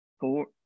four